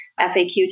FAQ